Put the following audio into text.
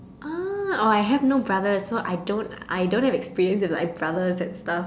ah oh I have no brothers so I don't I don't have like experience with like brothers and stuff